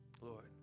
Lord